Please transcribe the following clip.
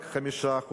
רק 5%,